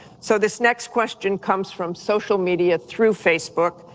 so this next question comes from social media, through facebook.